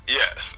yes